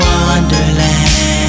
Wonderland